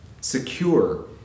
Secure